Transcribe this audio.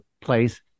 place